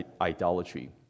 idolatry